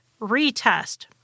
retest